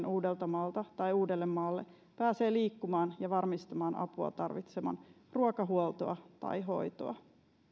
uudeltamaalta tai uudellemaalle ja varmistamaan apua tarvitsevan ruokahuoltoa tai hoitoa